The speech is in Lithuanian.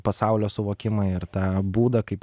pasaulio suvokimą ir tą būdą kaip